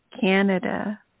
Canada